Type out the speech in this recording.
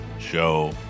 show